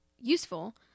useful